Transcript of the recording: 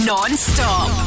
Non-stop